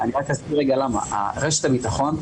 --- אני רק אסביר למה רשת הביטחון,